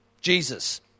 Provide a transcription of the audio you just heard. Jesus